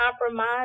compromise